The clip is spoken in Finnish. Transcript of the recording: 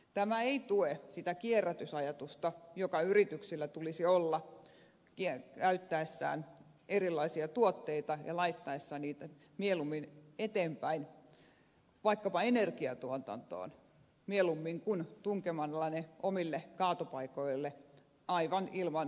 tämä ei tue sitä kierrätysajatusta joka yrityksillä tulisi olla käyttäessään erilaisia tuotteita ja laittaessaan niitä eteenpäin vaikkapa mieluummin energiantuotantoon kuin tunkemalla ne omille kaatopaikoille aivan ilman kustannuksia